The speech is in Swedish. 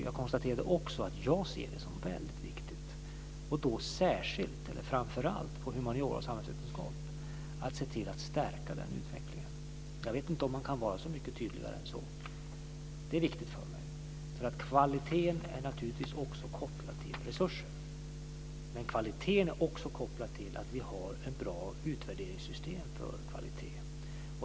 Jag ser det som väldigt viktigt - framför allt när det gäller humaniora och samhällsvetenskap - att se till att stärka den utvecklingen. Jag vet inte om man kan vara så mycket tydligare än så. Kvaliteten är naturligtvis också kopplad till resurser, men den är också kopplad till att vi har ett bra utvärderingssystem för kvaliteten.